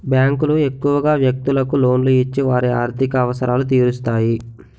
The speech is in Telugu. బ్యాంకులు ఎక్కువగా వ్యక్తులకు లోన్లు ఇచ్చి వారి ఆర్థిక అవసరాలు తీరుస్తాయి